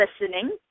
listening